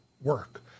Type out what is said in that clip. work